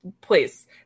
please